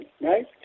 right